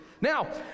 Now